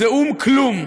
זה או"ם-כלום,